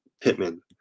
Pittman